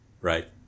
right